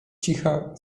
cicha